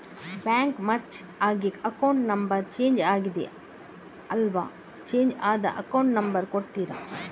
Bank merge ಆಗಿ account number change ಆಗಿದೆ ಅಲ್ವಾ, ಚೇಂಜ್ ಆದ ಅಕೌಂಟ್ ನಂಬರ್ ಕೊಡ್ತೀರಾ?